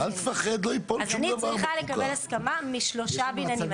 אז יוצא שאני צריכה לקבל הסכמה של שלושה בניינים.